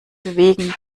bewegen